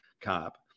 cop